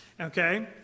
okay